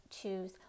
choose